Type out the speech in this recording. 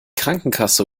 krankenkasse